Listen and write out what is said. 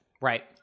Right